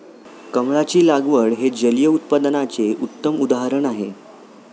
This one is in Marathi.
कमळाची लागवड हे जलिय उत्पादनाचे उत्तम उदाहरण आहे